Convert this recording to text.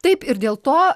taip ir dėl to